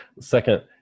Second